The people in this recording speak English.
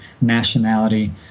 nationality